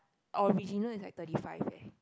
original is like thirty five leh